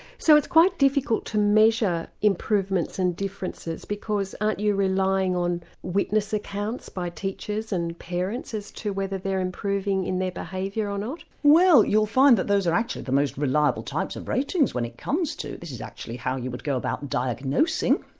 so it's quite difficult to measure improvements and differences because aren't you relying on witness accounts by teachers, and parents as to whether they are improving in their behaviour or not? well you'll find that those are actually the most reliable types of ratings when it comes to, this is actually how you would go about diagnosing,